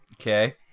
Okay